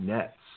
Nets